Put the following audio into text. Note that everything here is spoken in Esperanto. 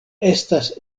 estas